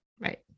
Right